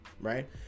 right